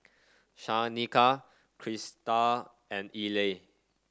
Shanika Christal and Eli